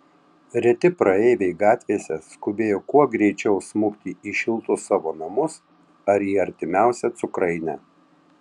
reti praeiviai gatvėse skubėjo kuo greičiau smukti į šiltus savo namus ar į artimiausią cukrainę